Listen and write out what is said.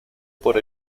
por